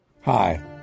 hi